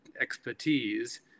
expertise